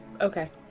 Okay